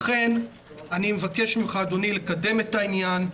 לכן אני מבקש ממך, אדוני, לקדם את העניין.